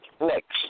Next